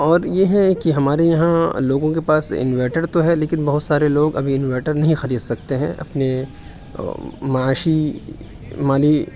اور یہ ہے کہ ہمارے یہاں لوگوں کے پاس انویٹر تو ہے لیکن بہت سارے لوگ ابھی انویٹر نہیں خرید سکتے ہیں اپنے معاشی مالی